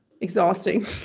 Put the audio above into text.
exhausting